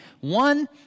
One